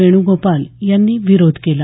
वेण्गोपाल यांनी विरोध केला